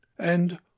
And